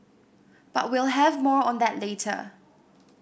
but we'll have more on that later